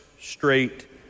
straight